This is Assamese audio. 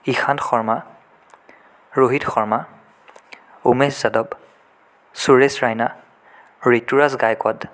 ঈশান শৰ্মা ৰোহিত শৰ্মা উমেশ যাদৱ সুৰেশ ৰাইনা ঋতুৰাজ গাইক'ড